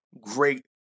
great